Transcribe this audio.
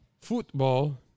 Football